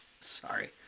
Sorry